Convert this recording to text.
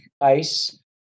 ice